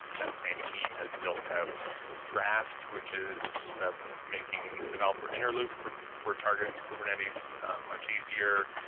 that same team has built out draft, which is making the developer inner loop for for targeting kubernetes much easier.